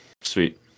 sweet